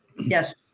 Yes